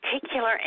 particular